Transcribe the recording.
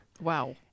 Wow